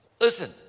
listen